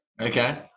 Okay